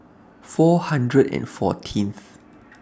four hundred and fourteenth